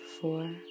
four